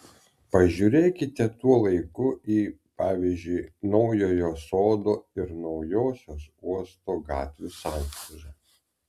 pažiūrėkite tuo laiku į pavyzdžiui naujojo sodo ir naujosios uosto gatvių sankryžą